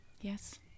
Yes